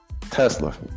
Tesla